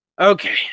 Okay